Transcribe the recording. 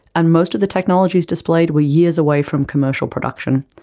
and most of the technologies displayed were years away from commercial production,